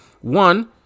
One